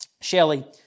Shelley